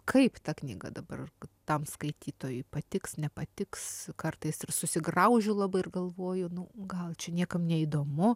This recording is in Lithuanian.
kaip ta knyga dabar tam skaitytojui patiks nepatiks kartais ir susigraužiu labai ir galvoju nu gal čia niekam neįdomu